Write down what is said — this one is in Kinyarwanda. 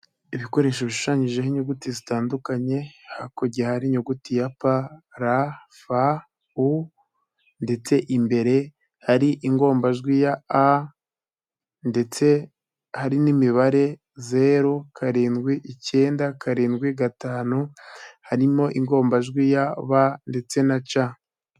Ibikoresho bishushanyijeho inyuguti zitandukanye, hakurya hari inyuguti ya pa, ra, fa, u ndetse imbere hari ingombajwi ya a ndetse hari n'imibare zeru, karindwi, icyenda, karindwi, gatanu, harimo ingombajwi ya ba ndetse na ca.